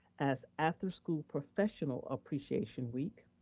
as after school professional appreciation week.